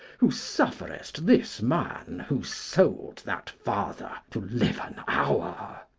who sufferest this man who sold that father to live an hour.